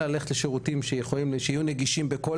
אלא ללכת לשירותים שיהיו נגישים בכל